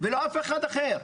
ולא אף אחד אחר.